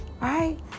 right